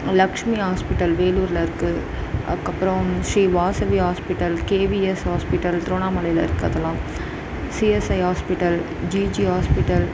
Lakshmi hospital வேலூர்ல இருக்குது அதுக்கு அப்பறம் Sri Vasavi hospital KVS hospital திருவண்ணாமலையில இருக்குது அதெலாம் சிஎஸ்ஐ ஹாஸ்பிடல் ஜிஜி ஹாஸ்பிடல்